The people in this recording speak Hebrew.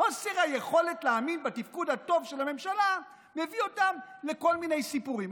חוסר היכולת להאמין בתפקוד הטוב של הממשלה מביא אותם לכל מיני סיפורים.